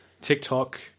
TikTok